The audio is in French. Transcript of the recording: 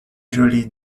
jolies